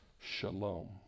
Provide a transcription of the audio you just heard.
shalom